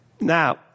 Now